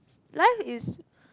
life is